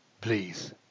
Please